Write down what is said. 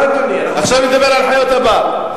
עכשיו נדבר על חיות הבר.